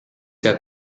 jääb